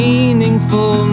Meaningful